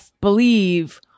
believe